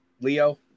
Leo